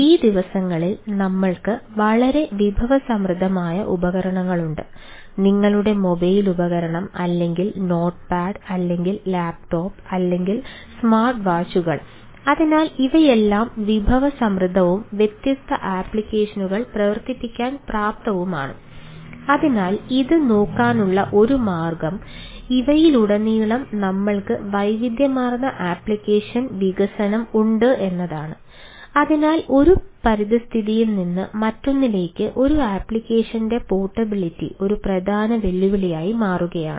ഈ ദിവസങ്ങളിൽ നമ്മൾക്ക് വളരെ വിഭവസമൃദ്ധമായ ഉപകരണങ്ങളുണ്ട് നിങ്ങളുടെ മൊബൈൽ ഒരു പ്രധാന വെല്ലുവിളിയായി മാറുകയാണ്